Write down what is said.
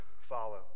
follow